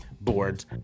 boards